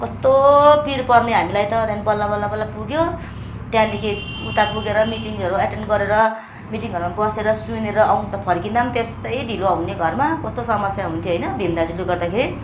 कस्तो पिर पर्ने हामीलाई त त्यहाँदेखि बल्ल बल्ल बल्ल पुग्यो त्यहाँदेखि उता पुगेर मिटिङहरू एटेन गरेर मिटिङहरूमा बसेर सुनेर आउँदा फर्किँदा पनि त्यस्तै ढिलो हुने घरमा कस्तो समस्या हुन्थ्यो होइन भिम दाजुले गर्दाखेरि